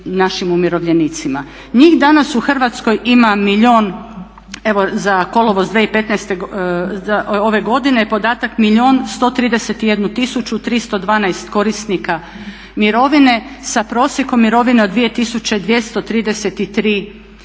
našim umirovljenicima. Njih danas u Hrvatskoj ima za kolovoz 2015.ove godine podatak milijun 131 tisuću 312 korisnika mirovine sa prosjekom mirovine od 2.233,21